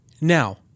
Now